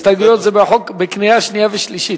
הסתייגויות זה בקריאה שנייה ושלישית.